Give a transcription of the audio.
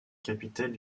capitale